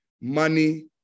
money